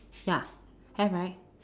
ya have right